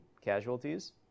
casualties